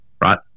right